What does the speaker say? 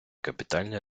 капітальний